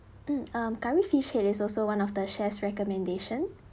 mm um curry fish head is also one of the chef's recommendation